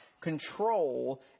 control